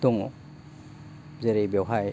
दङ जेरै बेवहाय